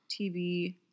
TV